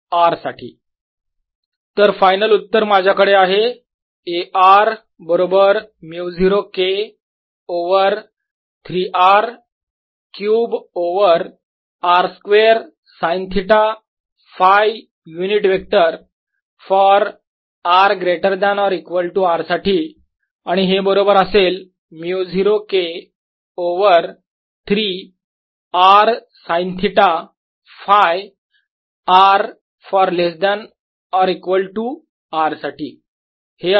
Ar0K4π4π3 R3r2sinθ r≥R Ar0K4π4π3 rsinθr≤R तर final उत्तर माझ्याकडे आहे A r बरोबर μ0 K over 3 R cube over r square sine theta Φ unit vector for r greater than equal to R साठी आणि हे बरोबर असेल μ0 K over 3 r sine theta Φ r for less than equal to R साठी